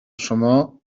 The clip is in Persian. شما